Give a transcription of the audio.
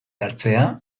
hartzea